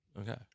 Okay